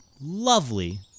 lovely